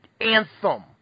anthem